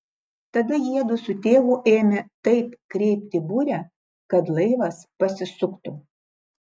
tada jiedu su tėvu ėmė taip kreipti burę kad laivas pasisuktų